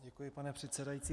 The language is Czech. Děkuji, pane předsedající.